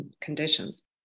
conditions